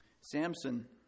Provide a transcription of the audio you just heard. Samson